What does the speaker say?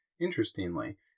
Interestingly